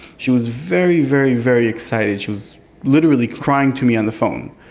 she was very, very very excited, she was literally crying to me on the phone.